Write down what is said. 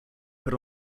put